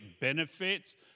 benefits